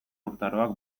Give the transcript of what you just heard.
urtaroak